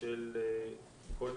של כל מדינה,